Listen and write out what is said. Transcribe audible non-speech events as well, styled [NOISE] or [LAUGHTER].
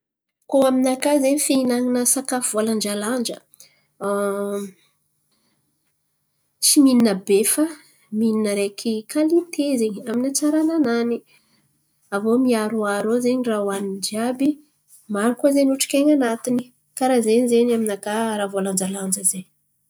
Koa aminakà zen̈y fihinan̈ana sakafo voalanjalanja, [HESITATION] tsy mihinana be fa mihinana araiky kalite zen̈y amin'ny hatsarananany. Aviô miaroaro ao zen̈y raha hoanin̈y jiàby maro koa zen̈y otrik'aina anatiny. Karà ze zen̈y aminakà raha voalanjalanja zen̈y.